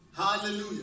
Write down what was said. Hallelujah